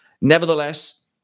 Nevertheless